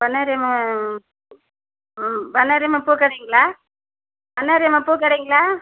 பண்ணாரியம்மன் ம் பண்ணாரியம்மன் பூக்கடைங்களா பண்ணாரியம்மா பூக்கடைங்களா